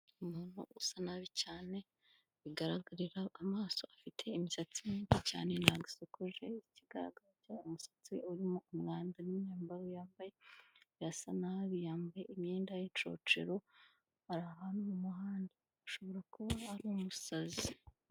Umuntu usa nabi cyane, ibigaragarira amaso afite imisatsi myinshi cyane ntabwo asokoje, ikigaragara cyo umusatsi urimo umwanda n'imyambaro yambaye irasa nabi, yambaye imyenda y'inshocero ari ahantu mu muhanda, ashobora kuba umusazi.